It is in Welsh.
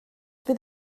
fydd